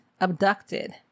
abducted